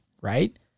right